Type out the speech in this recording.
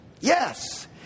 Yes